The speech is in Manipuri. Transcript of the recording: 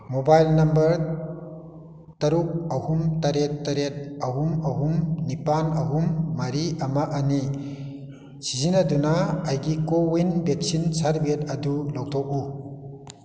ꯃꯣꯕꯥꯏꯜ ꯅꯝꯕꯔ ꯇꯔꯨꯛ ꯑꯍꯨꯝ ꯇꯔꯦꯠ ꯇꯔꯦꯠ ꯑꯍꯨꯝ ꯑꯍꯨꯝ ꯅꯤꯄꯥꯜ ꯑꯍꯨꯝ ꯃꯔꯤ ꯑꯃ ꯑꯅꯤ ꯁꯤꯖꯤꯟꯅꯗꯨꯅ ꯑꯩꯒꯤ ꯀꯣꯋꯤꯟ ꯚꯦꯛꯁꯤꯟ ꯁꯔꯗꯤꯕꯤꯒꯦꯠ ꯑꯗꯨ ꯂꯧꯊꯣꯛꯎ